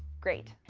great.